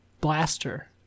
blaster